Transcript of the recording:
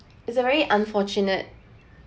it's a very unfortunate